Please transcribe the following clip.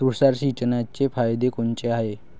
तुषार सिंचनाचे फायदे कोनचे हाये?